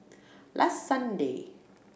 last Sunday